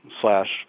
slash